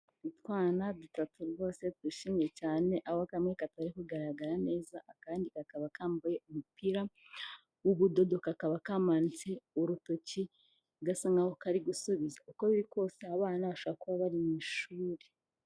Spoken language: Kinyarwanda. Utwana dutatu rwose twishimye cyane, aho kamwe katari kugaragara neza akandi kakaba kambaye umupira w'ubudodo, kakaba kamanitse urutoki gasa nk'aho kari gusubiza, uko biri kose aba bana bashobora kuba bari mu ishuri.